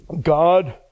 God